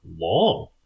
long